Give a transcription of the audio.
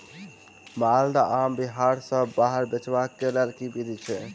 माल्दह आम बिहार सऽ बाहर बेचबाक केँ लेल केँ विधि छैय?